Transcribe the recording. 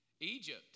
Egypt